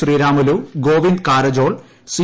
Sriramulu Govind Karjol see